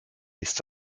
ist